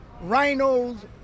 rhinos